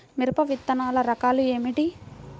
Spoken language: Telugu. మిరప విత్తనాల రకాలు ఏమిటి?